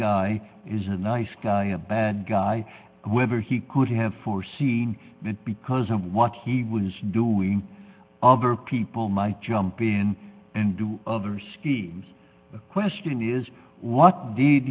guy is a nice guy a bad guy whether he could have foreseen that because of what he was doing other people might jump in and do other schemes the question is what did